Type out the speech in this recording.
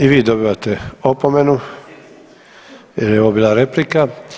I vi dobivate opomenu, jer je ovo bila replika.